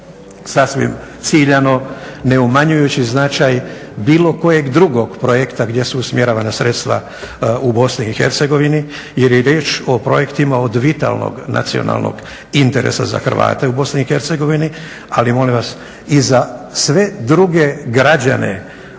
sasvim ciljano ne umanjujući značaj bilo kojeg drugog projekta gdje su usmjeravana sredstva u BiH jer je riječ o projektima od vitalnog nacionalnog interesa za Hrvate u BiH ali molim vas i za sve druge građane